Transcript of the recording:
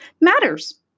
matters